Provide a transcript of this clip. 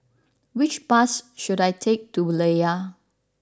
which bus should I take to Layar